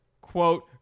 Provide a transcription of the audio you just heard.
quote